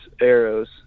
arrows